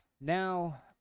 now